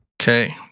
Okay